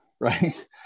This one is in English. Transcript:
right